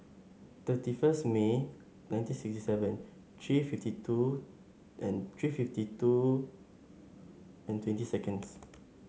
thirty first May nineteen sixty seven three fifty two and three fifty two and twenty seconds